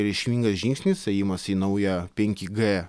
reikšmingas žingsnis ėjimas į naują penki g